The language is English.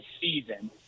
season